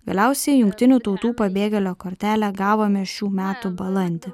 galiausiai jungtinių tautų pabėgėlio kortelę gavome šių metų balandį